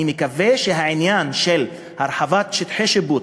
אני מקווה שהעניין של הרחבת שטחי שיפוט,